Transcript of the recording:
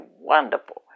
wonderful